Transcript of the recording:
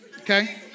Okay